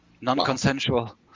Non-consensual